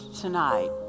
tonight